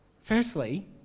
Firstly